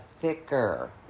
thicker